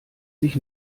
sich